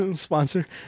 Sponsor